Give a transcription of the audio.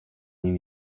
nim